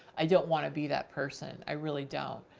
i don't want to be that person. i really don't.